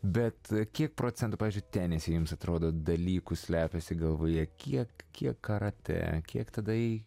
bet kiek procentų tenise jums atrodo dalykų slepiasi galvoje kiek kiek karatė kiek tada į